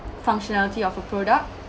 functionality of a product